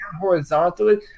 horizontally